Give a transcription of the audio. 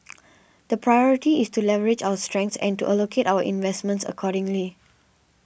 the priority is to leverage our strengths and to allocate our investments accordingly